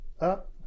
up